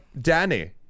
Danny